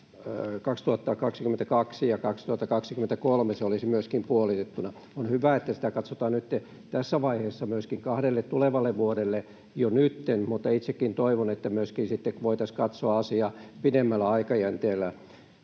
2022 ja 2023 se olisi puolitettuna. On hyvä, että sitä katsotaan myöskin kahdelle tulevalle vuodelle jo nyt, mutta itsekin toivon, että voitaisiin katsoa asiaa myöskin pidemmällä aikajänteellä